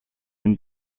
and